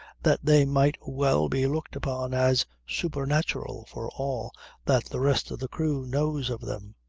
that they might well be looked upon as supernatural for all that the rest of the crew knows of them,